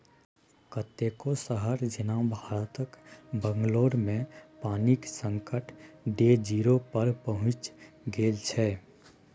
कतेको शहर जेना भारतक बंगलौरमे पानिक संकट डे जीरो पर पहुँचि गेल छै